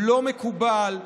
לא מקובל,